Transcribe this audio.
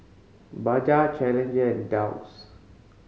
Bajaj Challenger and Doux